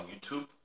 YouTube